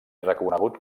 reconegut